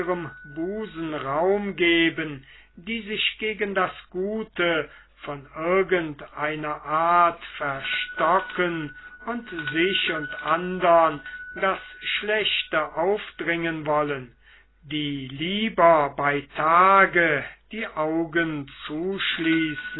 busen raum geben die sich gegen das gute von irgendeiner art verstocken und sich und andern das schlechte aufdringen wollen die lieber bei tage die augen zuschließen